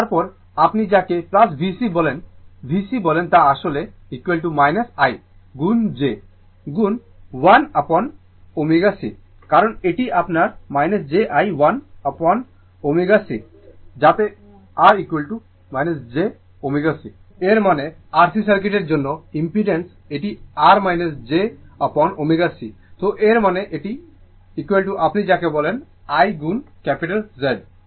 এবং তারপরে আপনি যাকে VC বলেন VC বলেন তা আসলে I গুণ j গুণ 1 আপঅন ω c কারণ এটি আপনার j I 1 আপঅন ω c যাতে R j ω c এর মানে R C সার্কিটের জন্য ইম্পিডেন্স এটি R j আপঅন ω c তো এর মানে এটি আপনি যাকে বলেন I গুণ Z